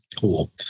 cool